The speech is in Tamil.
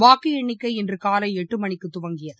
வாக்குஎண்ணிக்கை இன்றுகாலைஎட்டுமணிக்குதொடங்கியது